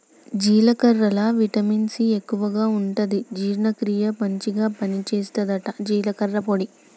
జీలకర్రల vitamin C ఎక్కువుంటది జీర్ణ క్రియకు మంచిగ పని చేస్తదట జీలకర్ర పొడి